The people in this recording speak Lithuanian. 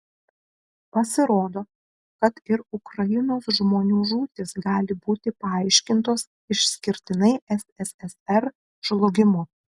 pasirodo kad ir ukrainos žmonių žūtys gali būti paaiškintos išskirtinai sssr žlugimu